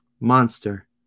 monster